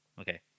Okay